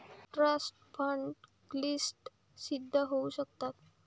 trust fund क्लिष्ट सिद्ध होऊ शकतात